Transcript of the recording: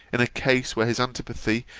in a case where his antipathy,